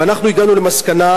ואנחנו הגענו למסקנה,